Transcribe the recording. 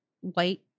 white